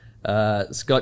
Scott